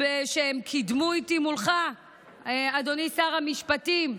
שהם קידמו איתי מולך, אדוני שר המשפטים.